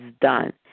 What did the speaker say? done